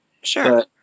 Sure